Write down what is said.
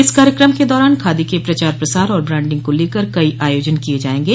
इस कार्यक्रम के दौरान खादी के प्रचार प्रसार और ब्रांडिंग को लेकर कई आयोजन किये जायेंगे